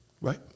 Right